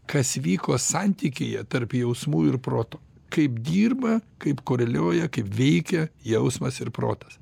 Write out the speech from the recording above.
kas vyko santykyje tarp jausmų ir proto kaip dirba kaip koreliuoja kaip veikia jausmas ir protas